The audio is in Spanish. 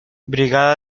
brigada